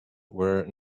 were